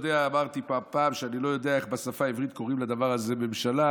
אמרתי פעם שאני לא יודע איך בשפה העברית קוראים לדבר הזה ממשלה,